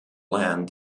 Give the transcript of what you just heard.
land